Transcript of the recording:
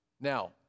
Now